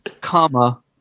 comma